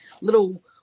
little